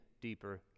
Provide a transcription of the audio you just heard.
deeper